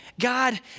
God